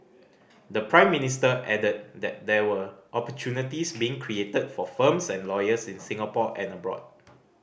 the Prime Minister added that there were opportunities being created for firms and lawyers in Singapore and abroad